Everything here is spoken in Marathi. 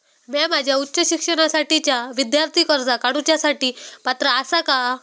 म्या माझ्या उच्च शिक्षणासाठीच्या विद्यार्थी कर्जा काडुच्या साठी पात्र आसा का?